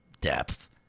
depth